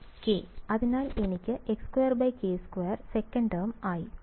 വിദ്യാർത്ഥി k k അതിനാൽ എനിക്ക് x2k2 സെക്കന്റ് ടേം ആയി